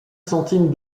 centimes